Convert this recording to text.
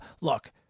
Look